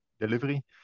delivery